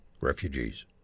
Refugees